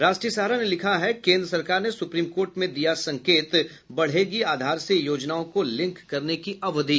राष्ट्रीय सहारा ने लिखा है केंद्र सरकार ने सुप्रीम कोर्ट में दिया संकेत बढ़ेगी आधार से योजनाओं को लिंक करने की अवधि